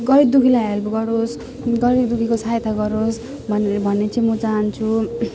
गरिबदुखीलाई help गरोस् गरिबदुखीको सहायता गरोस् भनी भन्ने चाहिँ म चाहन्छु